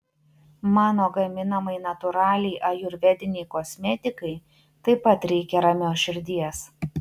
mano gaminamai natūraliai ajurvedinei kosmetikai taip pat reikia ramios širdies